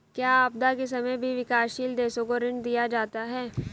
क्या आपदा के समय भी विकासशील देशों को ऋण दिया जाता है?